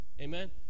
amen